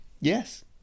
Yes